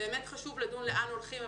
באמת חשוב לדון לאן הולכים,